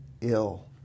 ill